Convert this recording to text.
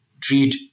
treat